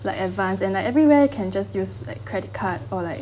like advanced and like everywhere can just use like credit card or like